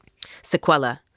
sequela